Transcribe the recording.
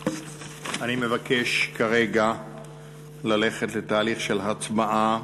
אני מבקש כרגע ללכת לתהליך של הצבעה.